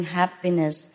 happiness